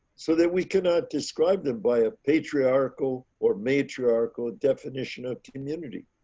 so that we cannot describe them by a patriarchal or matriarchal definition of community.